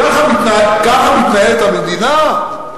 ככה מתנהלת המדינה?